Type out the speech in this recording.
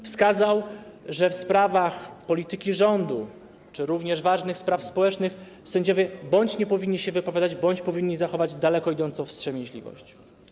Wskazał, że w sprawach polityki rządu czy również ważnych spraw społecznych sędziowie bądź nie powinni się wypowiadać, bądź powinni zachować daleko idącą wstrzemięźliwość.